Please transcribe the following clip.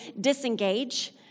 disengage